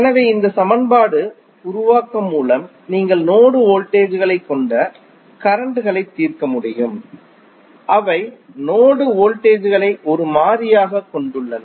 எனவே இந்த சமன்பாடு உருவாக்கம் மூலம் நீங்கள் நோடு வோல்டேஜ் களைக் கொண்ட கரண்ட் களை தீர்க்க முடியும் அவை நோடு வோல்டேஜ் களை ஒரு மாறியாகக் கொண்டுள்ளன